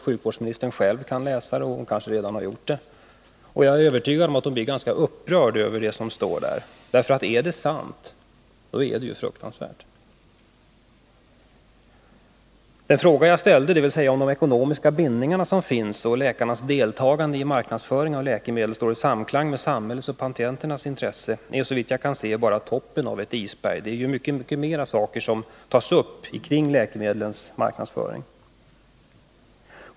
Sjukvårdsministern kan själv läsa den — hon kanske redan har gjort det — och jag är övertygad om att hon kommer att bli ganska upprörd över det som står där, för om detta är sant, då är det fruktansvärt. Den fråga jag ställde, dvs. om de ekonomiska bindningar som finns och läkarnas deltagande i marknadsföringen av läkemedel står i samklang med samhällets och patienternas intressen, rör såvitt jag kan se bara toppen av ett isberg. Det finns många flera saker omkring läkemedlen och deras marknadsföring som tas upp i den här boken.